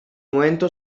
momento